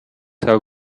have